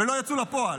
לא יצאו לפועל.